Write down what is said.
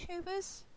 YouTubers